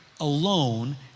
alone